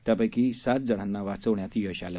त्यापैकी सात शिशूंना वाचवण्यात यश आलं